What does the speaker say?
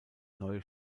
neue